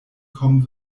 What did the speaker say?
kommen